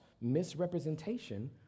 misrepresentation